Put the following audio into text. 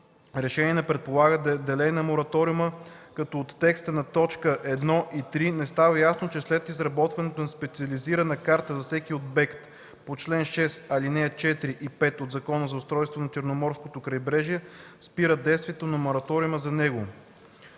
решение не предполага деление на мораториума, като от текста на т. 1 и 3 не става ясно, че след изработването на специализирана карта за всеки обект по чл. 6, ал. 4 и 5 от Закона за устройството на Черноморското крайбрежие спира действието на мораториума за него.